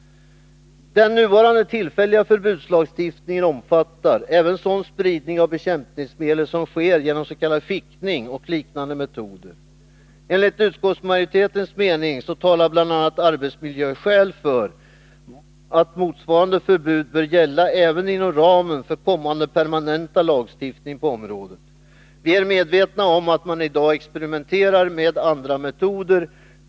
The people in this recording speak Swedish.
Den nuvarande tillfälliga förbudslagstiftningen omfattar även sådan spridning av bekämpningsmedel som sker genom s.k. fickning och liknande metoder. Enligt utskottsmajoritetens mening talar bl.a. arbetsmiljöskäl för att motsvarande förbud bör gälla även inom ramen för den kommande permanenta lagstiftningen på området. Vi är också medvetna om att man i dag experimenterar med andra metoder.